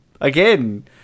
Again